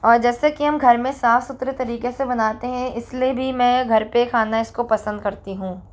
और जैसा कि हम घर में साफ़ सुथरे तरीके से बनाते हैं इसलिए भी मैं घर पे खाना इसको पसंद करती हूँ